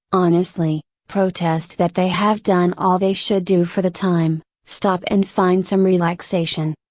honestly, protest that they have done all they should do for the time, stop and find some relaxation.